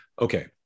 okay